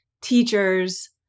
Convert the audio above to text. teachers